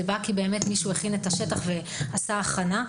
זה בא כי באמת מישהו הכין את השטח ועשה הכנה.